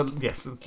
Yes